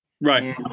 Right